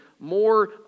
More